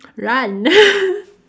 run